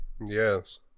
Yes